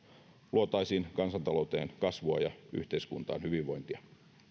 luotaisiin kansantalouteen kasvua ja yhteiskuntaan hyvinvointia